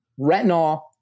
retinol